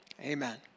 Amen